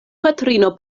patrino